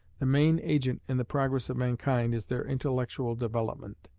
the main agent in the progress of mankind is their intellectual development.